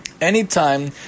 Anytime